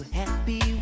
happy